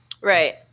Right